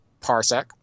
Parsec